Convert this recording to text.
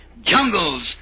jungles